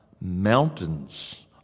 mountains